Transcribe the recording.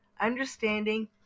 understanding